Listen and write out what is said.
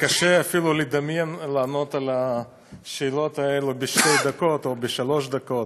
קשה אפילו לדמיין לענות על השאלות האלה בשתי דקות או בשלוש דקות,